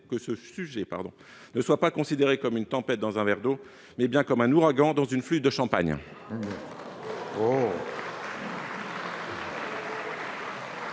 que ce sujet ne soit pas considéré comme une tempête dans un verre d'eau, mais bien comme un ouragan dans une flûte de champagne